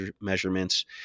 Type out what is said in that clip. measurements